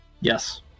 Yes